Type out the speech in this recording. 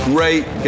Great